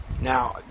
Now